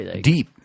Deep